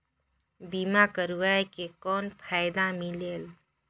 बीमा करवाय के कौन फाइदा मिलेल?